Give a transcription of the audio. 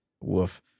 woof